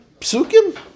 P'sukim